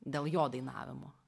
dėl jo dainavimo